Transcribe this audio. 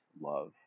love